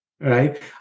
right